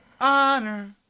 honor